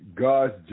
god's